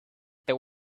there